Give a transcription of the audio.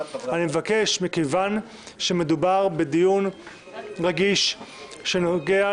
אני מבקש שמכיוון שמדובר בדיון רגיש שנוגע